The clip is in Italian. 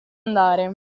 andare